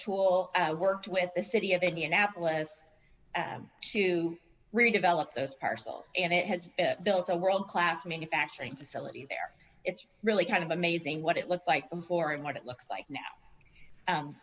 tool worked with the city of indianapolis to redevelop those parcels and it has built a world class manufacturing facility there it's really kind of amazing what it looked like before and what it looks like now